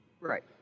right